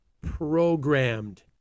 programmed